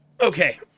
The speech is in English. Okay